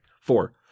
Four